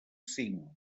cinc